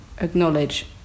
acknowledge